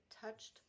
touched